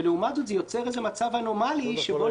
ולעומת זאת זה יוצר איזה מצב אנומלי שבו,